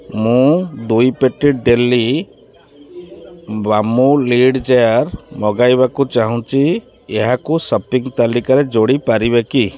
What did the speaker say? ମୁଁ ଦୁଇ ପେଟି ଡ଼େଲି ବାମ୍ବୁ ଲିଡ଼୍ ଜାର୍ ମଗାଇବାକୁ ଚାହୁଁଛି ଏହାକୁ ସପିଂ ତାଲିକାରେ ଯୋଡ଼ି ପାରିବେ କି